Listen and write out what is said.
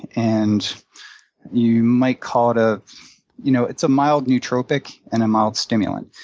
and you might call it ah you know it's a mild nootropic and a mild stimulant.